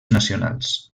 nacionals